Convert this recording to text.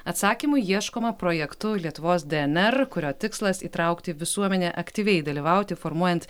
atsakymų ieškoma projektu lietuvos dnr kurio tikslas įtraukti visuomenę aktyviai dalyvauti formuojant